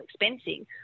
expensing